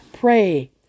Pray